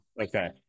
Okay